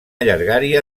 llargària